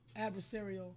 adversarial